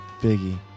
Biggie